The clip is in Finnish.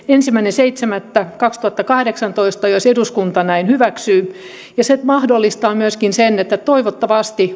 ensimmäinen seitsemättä kaksituhattakahdeksantoista jos eduskunta näin hyväksyy se mahdollistaa myöskin sen että toivottavasti